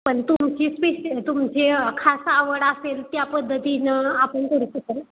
पण तुमची स्पेशल तुमची खास आवड असेल त्या पद्धतीनं आपण